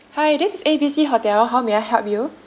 hi this is A B C hotel how may I help you